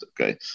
okay